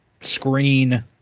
screen